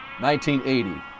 1980